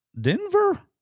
Denver